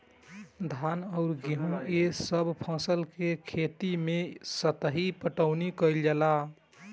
धान अउर गेंहू ए सभ फसल के खेती मे सतही पटवनी कइल जाला